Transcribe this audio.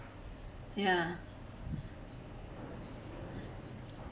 ya